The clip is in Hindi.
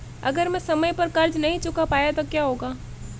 अगर मैं समय पर कर्ज़ नहीं चुका पाया तो क्या होगा?